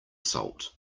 salt